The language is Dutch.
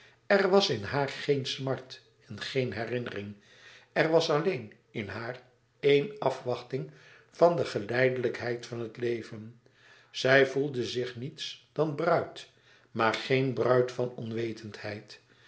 er was in haar geen smart en geen herinnering er was alleen in haar éen afwachting van de geleidelijkheid van het leven zij voelde zich niets dan bruid maar geen bruid van onwetendheid